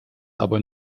aber